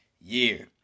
year